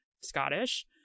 Scottish